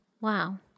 Wow